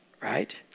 Right